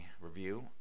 review